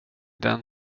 den